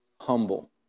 humble